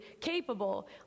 capable